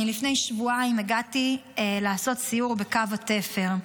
לפני שבועיים הגעתי לסייר בקו התפר,